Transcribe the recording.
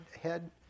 head